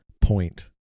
point